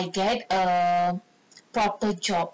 if I get a proper job